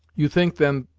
you think, then,